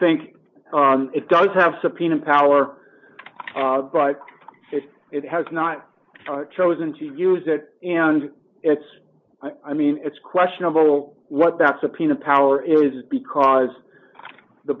think it does have subpoena power but it has not chosen to use it and it's i mean it's questionable what that subpoena power is because the